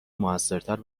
موثرتر